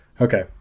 Okay